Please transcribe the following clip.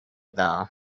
though